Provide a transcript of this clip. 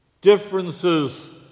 Differences